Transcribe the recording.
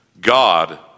God